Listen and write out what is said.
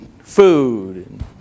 Food